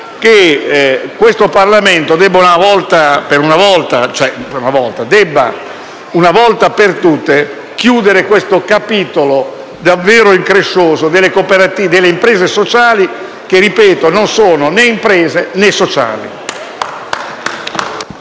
che il Parlamento debba, una volta per tutte, chiudere il capitolo davvero increscioso delle imprese sociali che - come ripeto - non sono né imprese, né sociali.